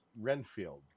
Renfield